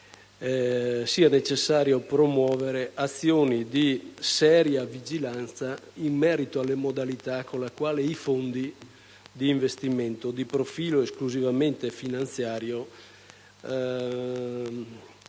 sia necessario promuovere azioni di seria vigilanza in merito alle modalità con le quali i fondi d'investimento di profilo esclusivamente finanziario operano,